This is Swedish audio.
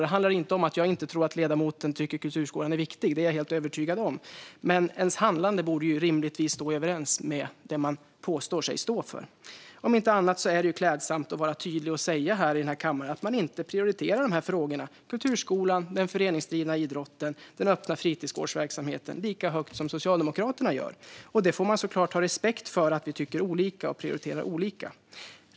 Det handlar inte om att jag inte tror att ledamoten tycker att kulturskolan är viktig - det är jag helt övertygad om - men ens handlande borde rimligtvis överensstämma med det man påstår sig stå för. Om inte annat är det klädsamt att vara tydlig och säga i kammaren att man inte prioriterar frågorna, det vill säga kulturskolan, den föreningsdrivna idrotten och den öppna fritidsgårdsverksamheten, lika högt som Socialdemokraterna gör. Vi får såklart ha respekt för att vi tycker olika och prioriterar olika.